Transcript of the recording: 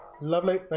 Lovely